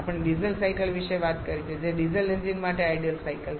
આપણે diesel cycle વિશે વાત કરી છે જે ડીઝલ એન્જિન માટે આઇડલ સાયકલ છે